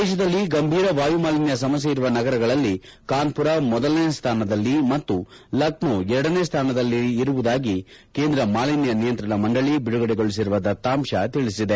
ದೇಶದಲ್ಲಿ ಗಂಭೀರ ವಾಯುಮಾಲಿನ್ಯ ಸಮಸ್ಯೆ ಇರುವ ನಗರಗಳಲ್ಲಿ ಕಾನ್ದುರ ಮೊದಲ ಸ್ಥಾನದಲ್ಲಿ ಮತ್ತು ಲಕ್ನೋ ಎರಡನೆ ಸ್ಣಾನದಲ್ಲಿರುವ ಇರುವುದಾಗಿ ಕೇಂದ್ರ ಮಾಲಿನ್ಯ ನಿಯಂತ್ರಣ ಮಂಡಳಿ ಬಿಡುಗಡೆಗೊಳಿಸಿರುವ ದತ್ತಾಂಶ ತಿಳಿಸಿದೆ